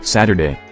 Saturday